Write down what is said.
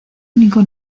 único